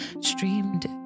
streamed